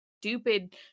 stupid